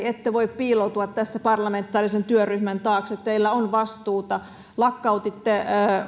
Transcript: ette voi piiloutua tässä parlamentaarisen työryhmän taakse teillä on vastuuta lakkautitte